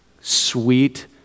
sweet